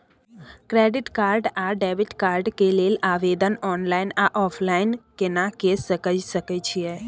Credit card आ debit card के लेल आवेदन ऑनलाइन आ ऑफलाइन केना के सकय छियै?